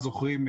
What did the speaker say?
כמובן,